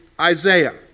Isaiah